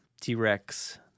t-rex